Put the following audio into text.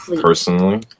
personally